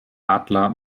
adler